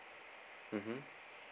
mmhmm